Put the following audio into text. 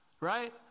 right